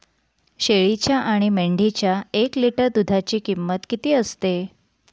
शेळीच्या आणि मेंढीच्या एक लिटर दूधाची किंमत किती असते?